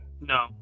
No